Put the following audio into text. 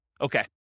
Okay